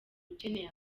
ukeneye